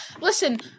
Listen